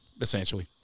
essentially